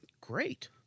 great